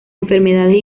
enfermedades